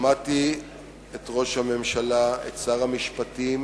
שמעתי את ראש הממשלה, את שר המשפטים